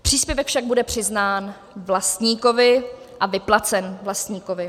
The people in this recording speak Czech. Příspěvek však bude přiznán vlastníkovi a vyplacen vlastníkovi.